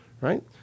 Right